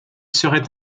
serait